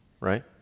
Right